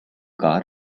car